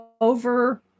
over